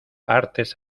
artes